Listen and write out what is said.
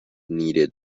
needed